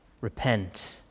Repent